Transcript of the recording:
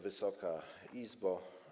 Wysoka Izbo!